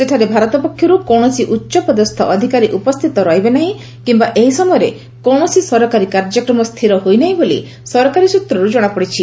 ସେଠାରେ ଭାରତ ପକ୍ଷରୁ କୌଣସି ଉଚ୍ଚ ପଦସ୍ଥ ଅଧିକାରୀ ଉପସ୍ଥିତ ରହିବେ ନାହିଁ କିମ୍ବା ଏହି ସମୟରେ କୌଣସି ସରକାରୀ କାର୍ଯ୍ୟକ୍ରମ ସ୍ଥିର ହୋଇ ନାହିଁ ବୋଲି ସରକାରୀ ସ୍ନତ୍ରରୁ ଜଣାପଡ଼ିଛି